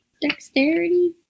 Dexterity